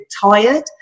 tired